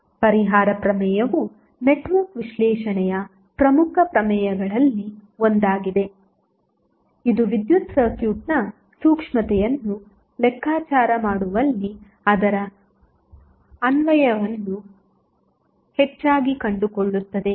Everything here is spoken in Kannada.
ಪರಿಹಾರ ಪ್ರಮೇಯವು ನೆಟ್ವರ್ಕ್ ವಿಶ್ಲೇಷಣೆಯ ಪ್ರಮುಖ ಪ್ರಮೇಯಗಳಲ್ಲಿ ಒಂದಾಗಿದೆ ಇದು ವಿದ್ಯುತ್ ಸರ್ಕ್ಯೂಟ್ನ ಸೂಕ್ಷ್ಮತೆಯನ್ನು ಲೆಕ್ಕಾಚಾರ ಮಾಡುವಲ್ಲಿ ಅದರ ಅನ್ವಯವನ್ನು ಹೆಚ್ಚಾಗಿ ಕಂಡುಕೊಳ್ಳುತ್ತದೆ